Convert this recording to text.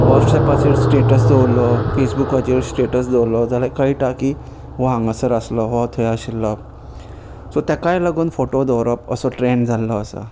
वॉट्सॅपाचेर status दवरलो फेसबुकाचेर status दवरलो जाल्या कळटा की हो हांगासर आसलो हो थंय आशिल्लो सो तेकाय लागून फोटो दवरप असो ट्रेन्ड जाल्लो आसा